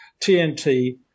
TNT